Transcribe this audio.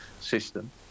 system